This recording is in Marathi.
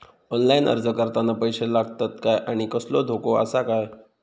ऑनलाइन अर्ज करताना पैशे लागतत काय आनी कसलो धोको आसा काय?